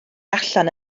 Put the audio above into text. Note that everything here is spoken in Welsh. allan